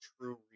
true